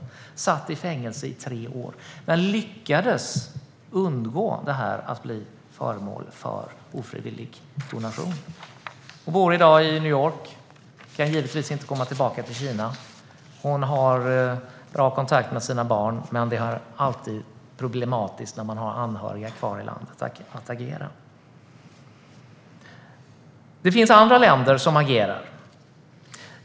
Hon satt i fängelse i tre år, men lyckades undgå att bli föremål för ofrivillig donation. Hon bor i dag i New York och kan givetvis inte komma tillbaka till Kina. Hon har bra kontakt med sina barn, men det är problematiskt att agera när man har anhöriga kvar i landet. Det finns andra länder som agerar.